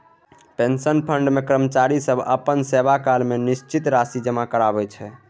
pension fund मे कर्मचारी सब अपना सेवाकाल मे निश्चित राशि जमा कराबै छै